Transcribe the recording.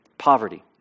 poverty